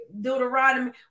Deuteronomy